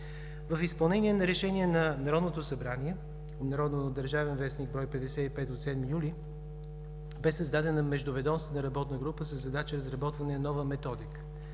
В изпълнение на Решение на Народното събрание, обнародвано в „Държавен вестник“, бр. 55 от 7 юли, бе създадена Междуведомствена работна група със задача „Разработване на нова методика